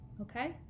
okay